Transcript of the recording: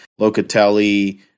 Locatelli